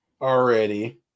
already